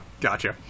Gotcha